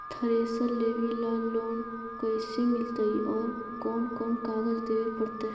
Thresher लेबे ल loan कैसे मिलतइ और कोन कोन कागज देबे पड़तै?